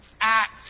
act